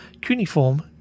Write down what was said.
cuneiform